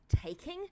taking